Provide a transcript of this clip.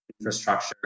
infrastructure